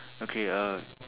okay uh